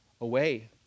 away